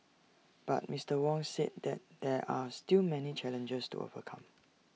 but Mister Wong said that there are still many challenges to overcome